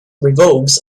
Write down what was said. revolves